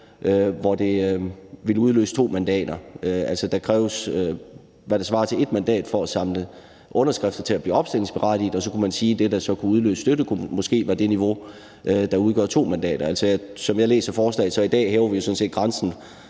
hvor det ville udløse 2 mandater. Der kræves, hvad der svarer til 1 mandat, for at samle underskrifter til at blive opstillingsberettiget, og så kunne man sige, at det, der kunne udløse støtte, måske var det niveau, der udgør 2 mandater. Som jeg læser forslaget, hæver vi i dag grænsen